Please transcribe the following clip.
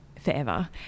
forever